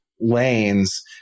lanes